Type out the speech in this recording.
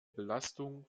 belastung